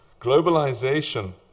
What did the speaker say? globalization